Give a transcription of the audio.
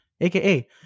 aka